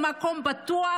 במקום בטוח,